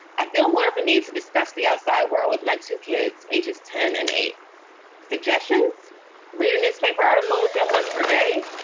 i feel more of a need to discuss the outside world with my two kids, ages ten and eight suggestions read a newspaper article with them once per day.